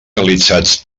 realitzats